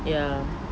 ya